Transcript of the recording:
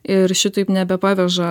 ir šitaip nebepaveža